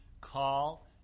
Call